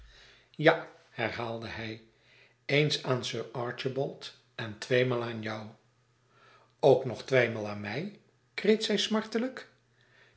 ja herhaalde hij eens aan sir archibald en tweemaal aan jou ook nog tweemaal aan mij kreet zij